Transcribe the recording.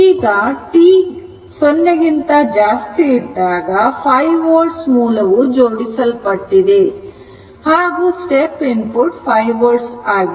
ಈಗ t0 ಇದ್ದಾಗ 5 volt ಮೂಲವು ಜೋಡಿಸಲ್ಪಟ್ಟಿದೆ ಹಾಗೂ ಸ್ಟೆಪ್ ಇನ್ಪುಟ್ 5 volt ಆಗಿದೆ